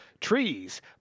trees